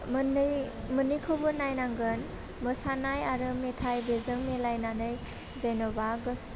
मोन्नैखौबो नायनांगोन मोसानाय आरो मेथाइ बेजों मिलायनानै जेनोबा गोस